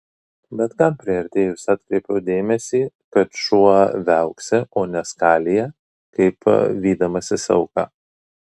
bet jam priartėjus atkreipiau dėmesį kad šuo viauksi o ne skalija kaip vydamasis auką